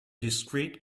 discrete